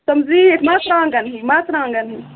تِم زِیٖٹھۍ مَرژانٛگَن ہِوِۍ مَرژانٛگَن ہِوِۍ